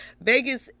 Vegas